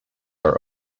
are